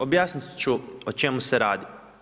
Objasnit ću o čemu se radi.